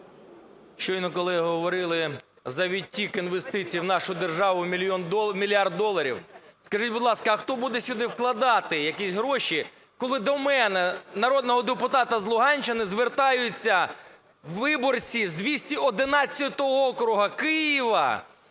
Щойно колеги говорили за відтік інвестицій в нашу державу – мільярд доларів. Скажіть, будь ласка, а хто буде сюди вкладати якісь гроші? Коли до мене, народного депутата з Луганщини, звертаються виборці з 211 округу Києва